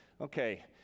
okay